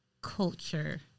culture